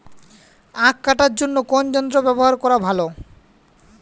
আঁখ কাটার জন্য কোন যন্ত্র ব্যাবহার করা ভালো?